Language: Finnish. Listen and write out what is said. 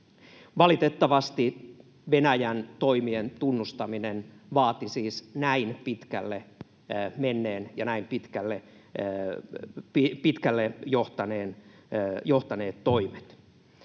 Valitettavasti Venäjän toimien tunnustaminen vaati siis näin pitkälle menneet ja näin pitkälle johtaneet toimet.